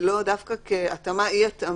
ולאו דווקא כאי-התאמה,